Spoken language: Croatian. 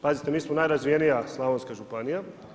Pazite, mi smo najrazvijenija slavonska županija.